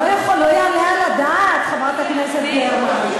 לא יעלה על הדעת, חברת הכנסת גרמן.